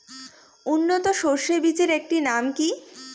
উন্নত সরষে বীজের একটি নাম কি?